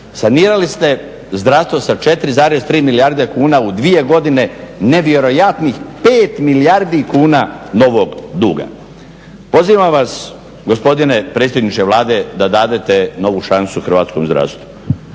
Sanirali ste zdravstvo sa 4,3 milijarde kuna u 2 godine nevjerojatnih 5 milijardi kuna novog duga. Pozivam vas gospodine predsjedniče Vlade novu šansu hrvatskom zdravstvu.